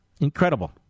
Incredible